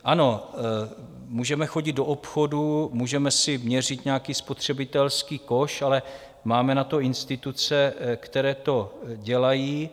Ano, můžeme chodit do obchodů, můžeme si měřit nějaký spotřebitelský koš, ale máme na to instituce, které to dělají.